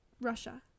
Russia